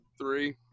Three